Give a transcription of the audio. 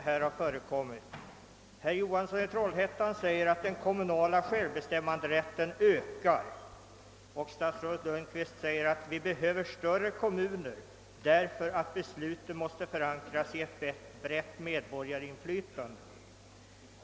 Herr Johansson i Trollhättan säger att den kommunala självbestämmanderätten ökar, och statsrådet Lundkvist säger att vi behöver större kommuner därför att besluten måste förankras i ett brett medborgarinflytande.